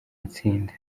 matsinda